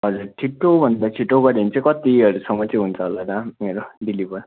हजुर छिटोभन्दा छिटो गऱ्यो भने चाहिँ कतिहरूसम्म चाहिँ हुन्छ होला दा मेरो डेलिभर